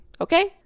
Okay